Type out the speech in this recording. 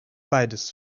beides